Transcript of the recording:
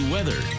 Weather